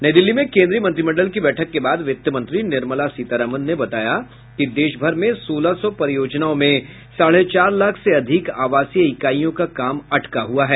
नई दिल्ली में केंद्रीय मंत्रिमंडल की बैठक के बाद वित्त मंत्री निर्मला सीतारामन ने बताया कि देशभर में सोलह सौ परियोजनाओं में साढे चार लाख से अधिक आवासीय इकाइयों का काम अटका हुआ है